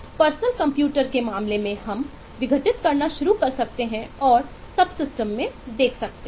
व्यक्तिगत कंप्यूटर के मामले में हम विघटित करना शुरू कर सकते हैं और सबसिस्टम में देख सकते हैं